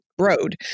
road